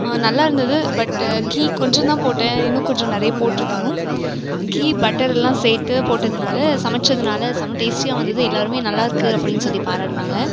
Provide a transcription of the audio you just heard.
நல்லா இருந்தது பட்டு கீ கொஞ்சம்தான் போட்டேன் இன்னும் கொஞ்சம் நிறைய போட்டிருக்கணும் கீ பட்டரெல்லாம் சேர்த்து போட்டதுனால் சமைத்ததுனால செம டேஸ்ட்டியாக வந்தது எல்லாேருமே நல்லா இருக்குது அப்படின்னு சொல்லி பாராட்டினாங்க